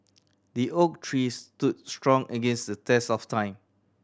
the oak tree stood strong against the test of time